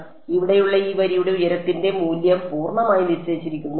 ഇവിടെയുള്ള ഈ വരിയുടെ ഉയരത്തിന്റെ മൂല്യം പൂർണ്ണമായി നിശ്ചയിച്ചിരിക്കുന്നു ഒപ്പം